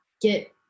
get